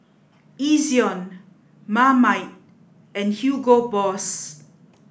Ezion Marmite and Hugo Boss